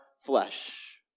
flesh